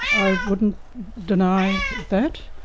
i wouldn't deny that.